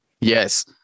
Yes